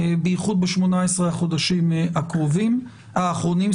במיוחד ב-18 החודשים האחרונים.